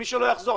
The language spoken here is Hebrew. ומי שלא יחזור,